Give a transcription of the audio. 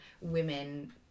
women